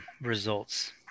results